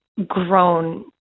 grown